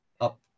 up